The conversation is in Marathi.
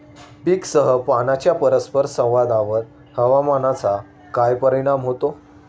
पीकसह पाण्याच्या परस्पर संवादावर हवामानाचा काय परिणाम होतो?